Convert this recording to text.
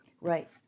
Right